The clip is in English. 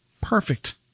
perfect